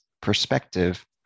perspective